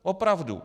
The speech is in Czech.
Opravdu.